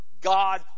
God